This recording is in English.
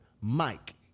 Mike